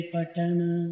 Patana